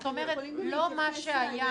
זאת אומרת, לא מה שהיה.